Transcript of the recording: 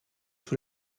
sous